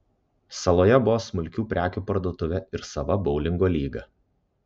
saloje buvo smulkių prekių parduotuvė ir sava boulingo lyga